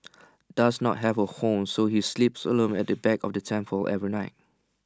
does not have A home so he sleeps alone at the back of the temple every night